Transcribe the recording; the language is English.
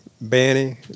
Benny